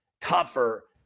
tougher